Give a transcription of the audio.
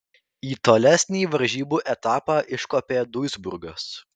į tolesnį varžybų etapą iškopė duisburgas